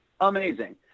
amazing